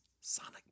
Sonic